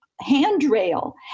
handrail